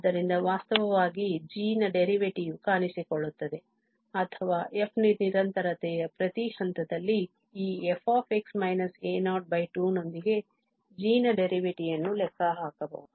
ಆದ್ದರಿಂದ ವಾಸ್ತವವಾಗಿ g ನ derivative ಕಾಣಿಸಿಕೊಳ್ಳುತ್ತದೆ ಅಥವಾ f ನ ನಿರಂತರತೆಯ ಪ್ರತಿ ಹಂತದಲ್ಲಿ ಈ fx a02 ನೊಂದಿಗೆ g ನ derivative ನ್ನು ಲೆಕ್ಕಹಾಕಬಹುದು